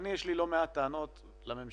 יש לי לא מעט טענות לממשלה,